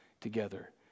together